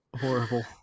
Horrible